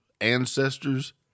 ancestors